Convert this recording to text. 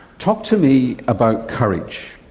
talk to me about courage.